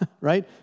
right